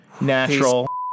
natural